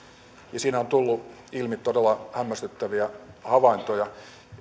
siinä on tullut ilmi todella hämmästyttäviä havaintoja